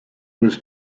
was